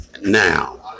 now